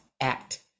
act